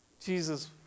Jesus